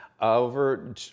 Over